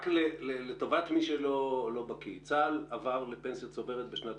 לטובת מי שלא בקי צה"ל עבר לפנסיה צוברת בשנת